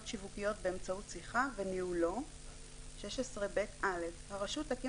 שיווקיות באמצעות שיחה וניהולו 16ב. (א)הרשות תקים